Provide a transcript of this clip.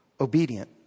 obedient